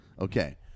Okay